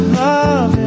love